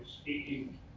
speaking